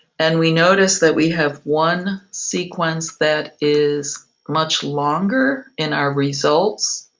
and we notice that we have one sequence that is much longer in our results.